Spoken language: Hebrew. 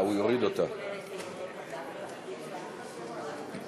כהצעת הוועדה ועם ההסתייגות שנתקבלה, נתקבל.